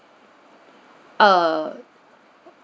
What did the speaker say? err